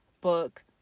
book